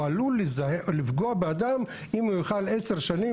הוא עלול לפגוע באדם אם הוא יאכל 10 שנים,